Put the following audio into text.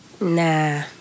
Nah